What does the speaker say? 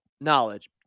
knowledge